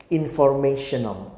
informational